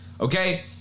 Okay